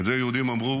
את זה יהודים אמרו